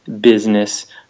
business